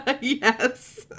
Yes